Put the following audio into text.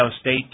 State